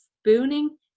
spooning